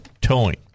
Towing